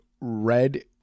red